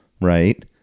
right